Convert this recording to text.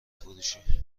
فروشی